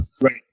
Right